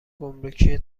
گمرکی